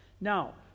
Now